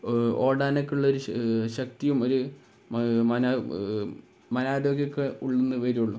ഓടാനൊക്കെയുള്ളൊരു ശക്തിയും ഒരു മനാരോഗ്യമൊക്കെ ഉള്ളില് നിന്ന് വരികയുള്ളൂ